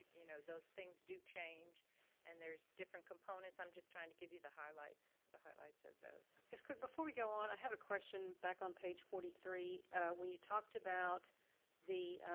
you know those things do change and there's different components, i'm just trying to give you the highlights the highlights of those. ms. cook before we go on, i had a question back on page forty three when you talked about the